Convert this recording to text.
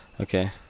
okay